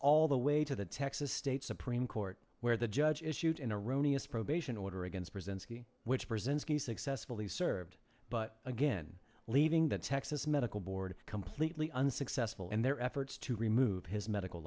all the way to the texas state supreme court where the judge issued an iranian probation order against presents which brzezinski successfully served but again leaving the texas medical board completely unsuccessful in their efforts to remove his medical